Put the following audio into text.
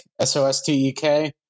S-O-S-T-E-K